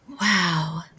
Wow